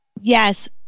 Yes